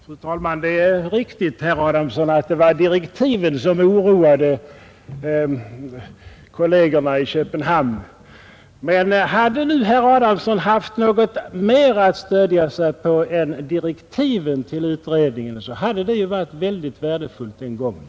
Fru talman! Det är riktigt att det var direktiven som oroade kollegerna i Köpenhamn. Men hade nu herr Adamsson haft något mer att stödja sig på än direktiven till utredningen, så hade det ju varit väldigt värdefullt den gången.